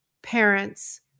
Parents